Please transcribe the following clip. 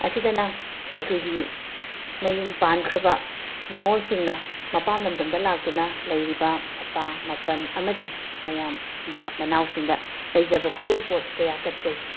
ꯑꯁꯤꯗꯅ ꯑꯩꯈꯣꯏꯒꯤ ꯃꯌꯨꯝ ꯄꯥꯟꯈ꯭ꯔꯕ ꯅꯤꯡꯉꯣꯜꯁꯤꯡꯅ ꯃꯄꯥꯝ ꯂꯝꯗꯝꯗ ꯂꯥꯛꯇꯨꯅ ꯂꯩꯔꯤꯕ ꯃꯄꯥ ꯃꯄꯟ ꯑꯃꯗꯤ ꯃꯌꯥꯝꯕ ꯃꯅꯥꯎꯁꯤꯡꯗ ꯂꯩꯖꯕ ꯈꯨꯗꯣꯜꯄꯣꯠ ꯀꯌꯥ ꯀꯠꯆꯩ